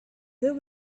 there